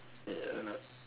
ya lah